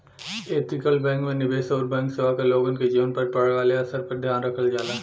ethical bank में निवेश आउर बैंक सेवा क लोगन के जीवन पर पड़े वाले असर पर ध्यान रखल जाला